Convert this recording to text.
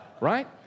Right